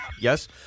Yes